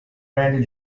randy